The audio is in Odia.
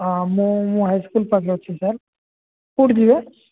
ହଁ ମୁଁ ମୁଁ ହାଇସ୍କୁଲ୍ ପାଖେରେ ଅଛି ସାର୍ କୋଉଠି ଯିବେ